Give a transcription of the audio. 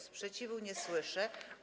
Sprzeciwu nie słyszę.